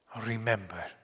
Remember